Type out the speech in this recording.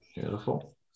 Beautiful